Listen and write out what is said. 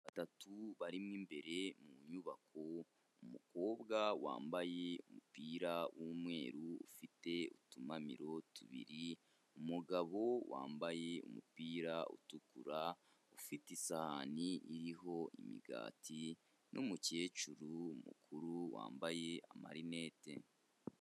Abana batatu barimo mo imbere mu nyubako, umukobwa wambaye umupira w'umweru ufite utumamiro tubiri, umugabo wambaye umupira utukura ufite isahani iriho imigati umukecuru mukuru wambaye amarinete.